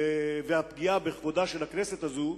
והפגיעה בכבודה של הכנסת הזו,